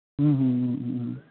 ᱦᱩᱸ ᱦᱩᱸ ᱦᱩᱸ ᱦᱩᱸ ᱦᱩᱸ